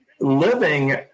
living